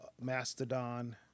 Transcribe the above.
Mastodon